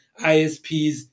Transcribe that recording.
ISPs